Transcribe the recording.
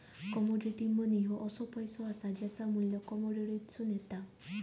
commodity money ह्यो असो पैसो असा ज्याचा मू्ल्य कमोडिटीतसून येता